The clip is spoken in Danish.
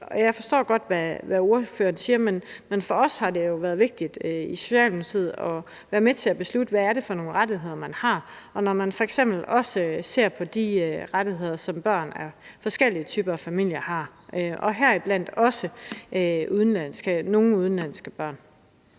Jeg forstår godt, hvad ordføreren siger, men for os i Socialdemokratiet har det været vigtigt at være med til at beslutte, hvad det er for nogle rettigheder, man har, også når man f.eks. ser på de rettigheder, som børn i forskellige typer af familier har, heriblandt også nogle udenlandske børn.